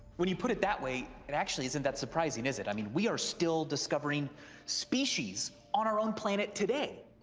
when you put it that way, it actually isn't that surprising, is it? i mean, we are still discovering species on our own planet today.